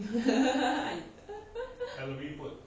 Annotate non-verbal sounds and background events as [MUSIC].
[LAUGHS]